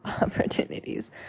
opportunities